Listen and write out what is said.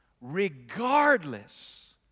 regardless